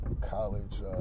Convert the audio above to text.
college